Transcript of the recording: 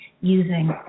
using